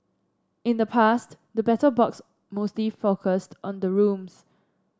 in the past the Battle Box mostly focused on the rooms